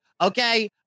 Okay